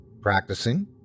Practicing